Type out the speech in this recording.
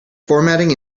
formatting